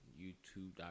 youtube.com